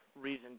reason